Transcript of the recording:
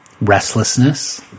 restlessness